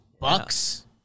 Bucks